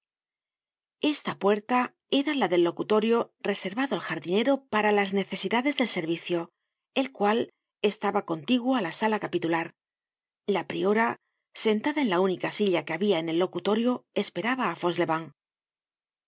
esta puerta era la del locutorio reservado al jardinero para las necesidades del servicio el cual estaba contiguo á la sala capitular la priora sentada en la única silla que habia en el locutorio esperaba á